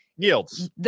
yields